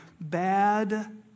Bad